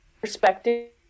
perspective